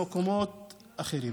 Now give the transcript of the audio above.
במקומות אחרים.